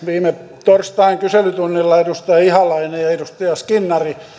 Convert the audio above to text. viime torstain kyselytunnilla edustaja ihalainen ja ja edustaja skinnari